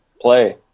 play